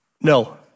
No